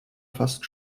fast